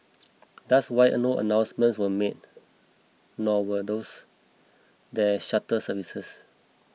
thus why a no announcements were made nor were those there shuttle services